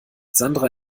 sandra